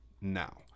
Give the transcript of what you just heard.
now